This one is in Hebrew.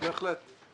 בהחלט.